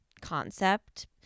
concept